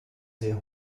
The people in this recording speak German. sehr